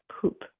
poop